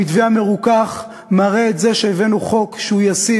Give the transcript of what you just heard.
המתווה המרוכך מראה שהבאנו חוק שהוא ישים,